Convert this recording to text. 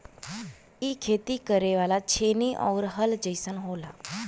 इ खेती करे वाला छेनी आउर हल जइसन होला